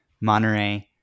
Monterey